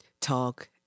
talk